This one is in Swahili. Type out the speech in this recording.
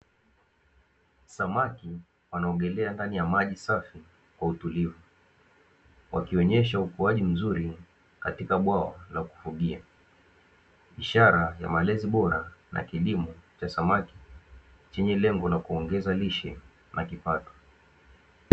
Samaki wanaogelea ndani ya maji safi kwa utulivu wakionyesha ukuaji mzuri katika bwawa la kufugia, ishara ya malezi bora na kilimo cha samaki chenye lengo la kuongeza lishe na kipato.